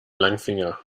langfinger